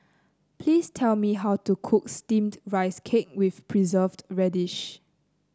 please tell me how to cook steamed Rice Cake with Preserved Radish